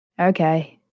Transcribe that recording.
Okay